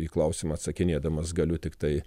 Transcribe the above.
į klausimą atsakinėdamas galiu tiktai